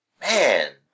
man